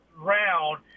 round